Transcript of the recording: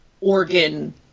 organ